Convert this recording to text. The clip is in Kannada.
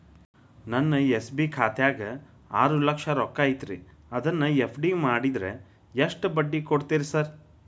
ನನ್ನ ಎಸ್.ಬಿ ಖಾತ್ಯಾಗ ಆರು ಲಕ್ಷ ರೊಕ್ಕ ಐತ್ರಿ ಅದನ್ನ ಎಫ್.ಡಿ ಮಾಡಿದ್ರ ಎಷ್ಟ ಬಡ್ಡಿ ಕೊಡ್ತೇರಿ ಸರ್?